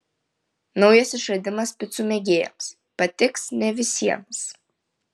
naujas išradimas picų mėgėjams patiks ne visiems